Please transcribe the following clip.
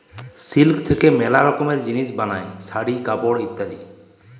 silk থাক্যে ম্যালা রকমের জিলিস বেলায় শাড়ি, কাপড় ইত্যাদি